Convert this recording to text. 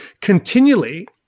continually